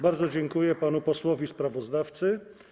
Bardzo dziękuję panu posłowi sprawozdawcy.